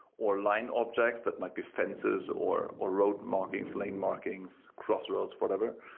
or line objects that might be fences or or road markings, lane markings, crossroads, whatever.